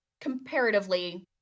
comparatively